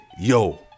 yo